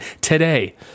today